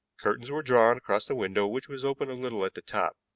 curtains were drawn across the window, which was open a little at the top.